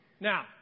Now